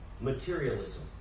materialism